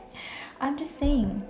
I'm just saying